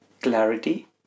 clarity